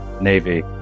Navy